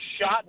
shot